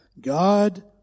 God